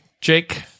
Jake